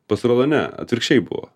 pasirodo ne atvirkščiai buvo